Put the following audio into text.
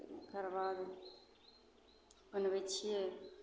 तकरबाद बनबै छिए